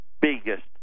biggest